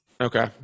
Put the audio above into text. Okay